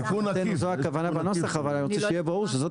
להבנתנו זאת הכוונה בנוסח אבל אני רוצה שיהיה ברור שזאת